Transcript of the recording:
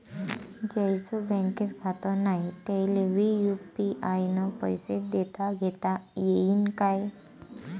ज्याईचं बँकेत खातं नाय त्याईले बी यू.पी.आय न पैसे देताघेता येईन काय?